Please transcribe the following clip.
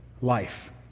life